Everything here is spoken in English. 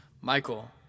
Michael